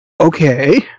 okay